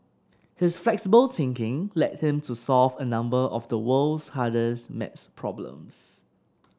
his flexible thinking led him to solve a number of the world's hardest maths problems